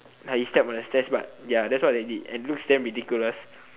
like he step on the stairs but ya that's what they did and it looks damn ridiculous